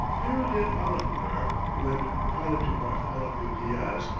pero de alemquer, who had been pilot to bartholomew diaz,